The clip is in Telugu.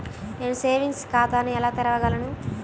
నేను సేవింగ్స్ ఖాతాను ఎలా తెరవగలను?